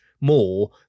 more